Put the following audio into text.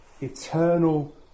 eternal